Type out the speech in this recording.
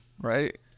right